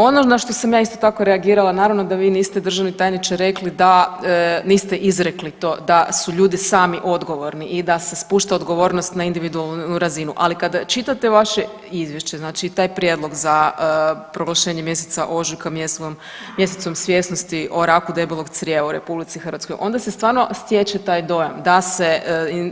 Ono na što sam ja isto tako reagirala naravno da vi niste državni tajniče rekli da, niste izrekli to, da su ljudi sami odgovorni i da se spušta odgovornost na individualnu razinu, ali kada čitate vaše izvješće, znači taj prijedlog za proglašenje mjeseca ožujka „Mjesecom svjesnosti o raku debelog crijeva u RH“ onda se stvarno stječe taj dojam da se